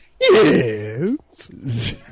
Yes